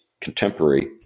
contemporary